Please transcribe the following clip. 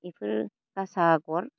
बेफोर गासा आगर